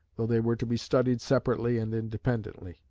though they were to be studied separately and independently.